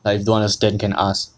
like if you don't understand can ask